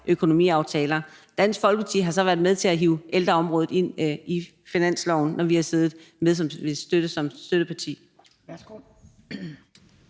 økonomiaftaler. Dansk Folkeparti har så været med til at hive ældreområdet med ind i finansloven, når vi har siddet med som støtteparti.